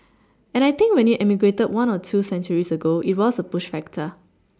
and I think when you emigrated one or two centuries ago it was a push factor